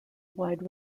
wide